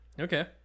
okay